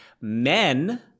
men